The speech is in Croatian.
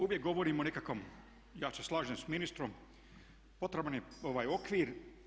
Uvijek govorimo o nekakvom, ja se slažem sa ministrom, potreban je okvir.